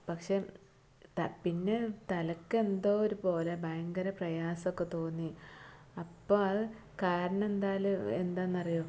പക്ഷെ പിന്നെ തലക്ക് എന്തോ ഒരു പോലെ ഭയങ്കര പ്രയാസമൊക്കൊ തോന്നി അപ്പോൾ അത് കാരണം എന്താൽ എന്താണെന്നറിയോ